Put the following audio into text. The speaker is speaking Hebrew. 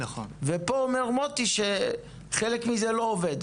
ופה אומר מוטי שחלק מזה לא עובד.